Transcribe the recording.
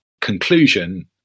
conclusion